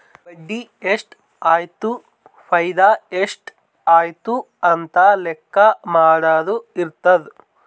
ಬಡ್ಡಿ ಎಷ್ಟ್ ಆಯ್ತು ಫೈದಾ ಎಷ್ಟ್ ಆಯ್ತು ಅಂತ ಲೆಕ್ಕಾ ಮಾಡದು ಇರ್ತುದ್